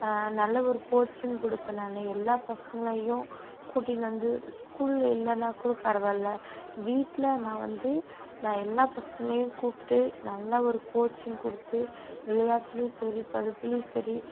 நல்ல ஒரு கோச்சிங் கொடுப்பேன் நான் எல்லா பசங்களையும் கூட்டின்னு வந்து ஸ்கூல்ல இல்லைன்னா கூட பரவாயில்லை வீட்டில நான் வந்து நான் எல்லா பசங்களையும் கூப்பிட்டு நல்ல ஒரு கோச்சிங் கொடுத்து விளையாட்டிலையும் சரி படிப்பிலையும் சரி